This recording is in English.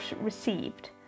received